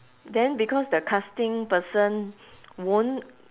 then because the casting person won't